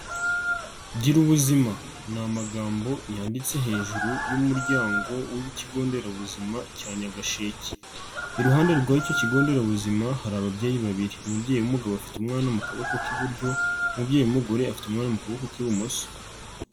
Gira ubuzima ni amagambo yanditse hejuru y'umuryango w'ikigo nderabuzima cya Nyagasheke, iruhande rw'icyo kigo nderabuzima hari ababyeyi babiri, umubyeyi w'umugabo afite umwana mu kaboko k'iburyo, umubyeyi w'umugore afite umwana mu kuboko kw'ibumoso.